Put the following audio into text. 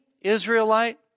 Israelite